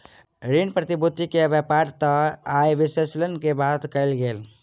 ऋण प्रतिभूति के व्यापार तय आय विश्लेषण के बाद कयल गेल